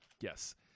Yes